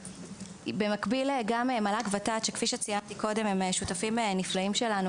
במקביל גם מל"ג-ות"ת שכפי שציינתי קודם הם שותפים נפלאים שלנו,